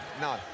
no